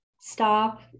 stop